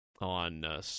on